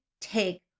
take